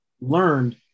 learned